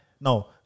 No